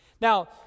Now